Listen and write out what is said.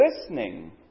listening